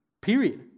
period